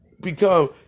Become